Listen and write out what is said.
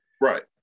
Right